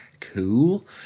cool